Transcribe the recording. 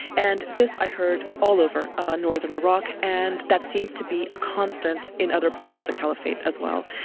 and this i heard all over ah northern iraq, and that seems to be a constant in other parts of the caliphate as well.